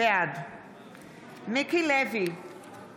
בעד מיקי לוי, בעד אורלי לוי אבקסיס,